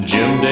Jim